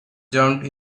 jumped